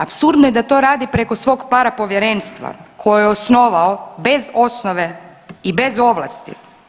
Apsurdno je da to radi preko svog para povjerenstva koje je osnovao bez osnove i bez ovlasti.